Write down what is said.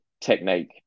technique